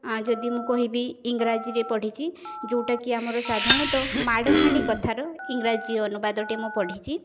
ଯଦି ମୁଁ କହିବି ଇଂରାଜୀରେ ପଢ଼ିଛି ଯେଉଁଟାକି ଆମର ସାଧାରଣତଃ ମାଡ଼ହାଣ୍ଡି କଥାର ଇଂରାଜୀ ଅନୁବାଦଟି ମୁଁ ପଢ଼ିଛି